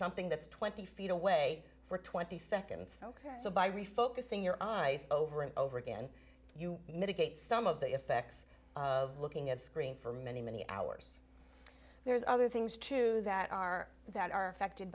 something that's twenty feet away for twenty seconds ok so by refocusing your eyes over and over again you mitigate some of the effects of looking at a screen for many many hours there's other things too that are that are affected